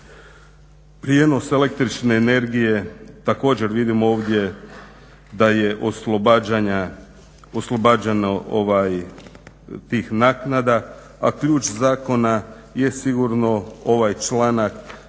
Prijenos električne energije, također vidim ovdje da je oslobađano tih naknada a ključ zakona je sigurno ovaj članak